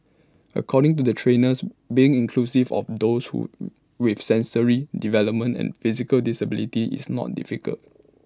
according to the trainers being inclusive of those would with sensory developmental and physical disabilities is not difficult